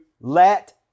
let